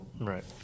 Right